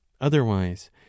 Otherwise